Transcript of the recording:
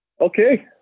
Okay